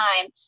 time